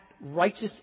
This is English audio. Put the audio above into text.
righteous